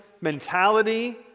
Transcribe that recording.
mentality